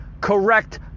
correct